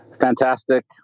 Fantastic